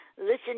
Listen